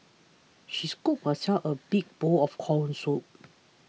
she scooped herself a big bowl of Corn Soup